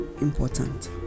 important